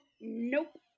nope